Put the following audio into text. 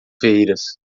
feiras